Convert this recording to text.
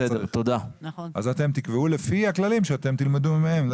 אתם תקבעו לפי הכללים שאתם תלמדו מהם.